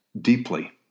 deeply